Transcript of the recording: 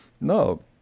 No